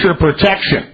protection